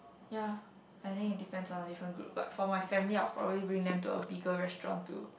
ya I think it depends on the different group but for my family I will probably bring them to a bigger restaurant to